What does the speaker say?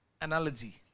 analogy